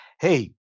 Hey